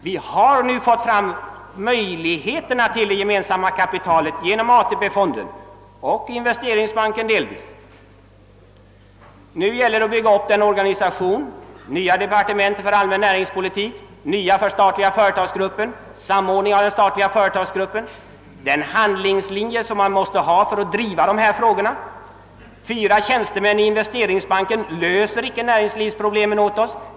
Vi har nu genom ATP-fonderna och delvis genom investeringsbanken fått möjlighet att erhålla gemensamt kapital. Nu gäller det att bygga upp denna organisation med ett nytt departement för allmän näringspolitik och ett för samordning av den statliga företagsgruppen. Det är den handlingslinje man måste ha för att driva dessa frågor. Fyra tjänstemän i investeringsbanken löser icke näringslivets problem åt oss.